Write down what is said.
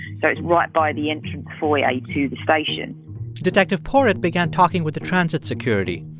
so it's right by the entrance foyer to the station detective porritt began talking with the transit security.